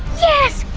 yes!